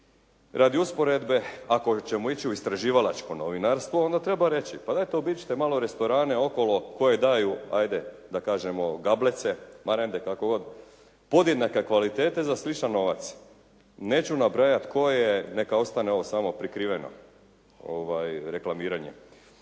Radi usporedbe ako ćemo ići u istraživalačko novinarstvo onda treba reći. Pa dajte obiđite malo restorane okolo koje daju, ajde da kažemo gablece, marende kako god, podjednake kvalitete za sličan novac. Neću nabrajati koje. Neka ostane ovo samo prikriveno reklamiranje.